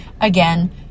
again